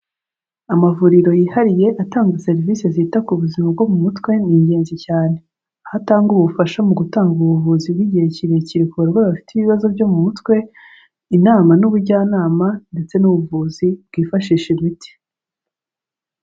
Amavuriro yihariye atanga serivisi zita ku buzima bwo mu mutwe ni ingenzi cyane, aho atanga ubufasha mu gutanga ubuvuzi bw'igihe kirekire ku barwayi bafite ibibazo byo mu mutwe, inama n'ubujyanama, ndetse n'ubuvuzi bwifashisha imiti.